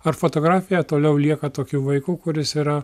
ar fotografija toliau lieka tokiu vaiku kuris yra